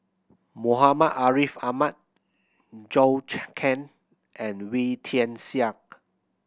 Muhammad Ariff Ahmad Zhou Can and Wee Tian Siak